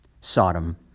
Sodom